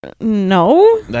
No